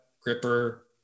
gripper